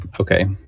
Okay